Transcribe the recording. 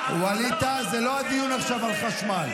זה לא הדיון עכשיו, על חשמל.